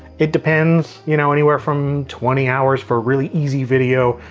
it depends, you know, anywhere from twenty hours for a really easy video,